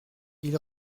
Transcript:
ils